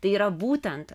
tai yra būtent